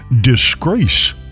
disgrace